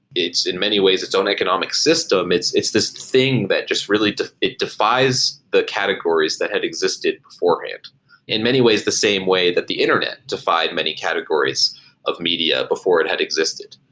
it's in many ways its own economic system. it's this thing that just really it defies the categories that had existed beforehand in many ways the same way that the internet defied many categories of media before it had existed.